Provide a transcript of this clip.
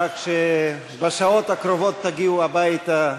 כך שבשעות הקרובות תגיעו הביתה,